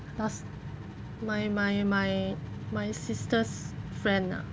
last my my my my sister's friend ah